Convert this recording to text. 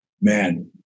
man